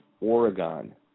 Oregon